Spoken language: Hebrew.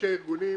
וראשי הארגונים,